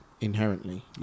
inherently